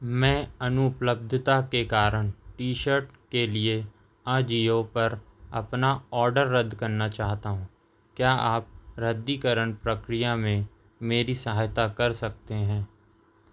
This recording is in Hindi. मैं अनुपलब्धता के कारण टी शर्ट के लिए अजियो पर अपना ऑर्डर रद्द करना चाहता हूं क्या आप रद्दीकरण प्रक्रिया में मेरी सहायता कर सकते हैं